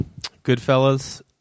Goodfellas